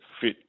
fit